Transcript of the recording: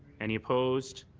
any opposed?